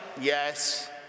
Yes